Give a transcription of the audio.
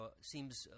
seems